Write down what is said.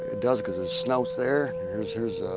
does because the snouts there, here's here's